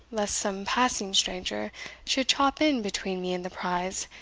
lest some passing stranger should chop in between me and the prize,